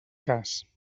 cas